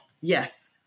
Yes